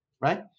right